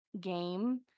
game